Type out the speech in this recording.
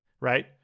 right